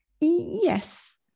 Yes